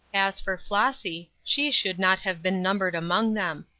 as for flossy, she should not have been numbered among them.